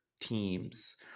teams